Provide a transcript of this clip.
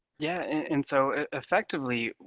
yeah and so, effectively,